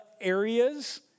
areas